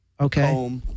Okay